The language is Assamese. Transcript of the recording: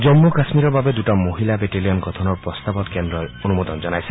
জম্মু কাশ্মীৰৰ বাবে দুটা মহিলা বেটেলিয়ন গঠনৰ প্ৰস্তাৱত কেন্দ্ৰই অনুমোদন জনাইছে